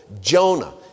Jonah